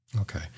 Okay